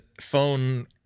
phone